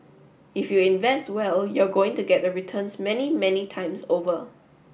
if you invest well you're going to get the returns many many times over